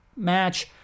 match